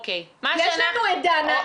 יש לנו את דנה,